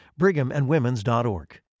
Brighamandwomens.org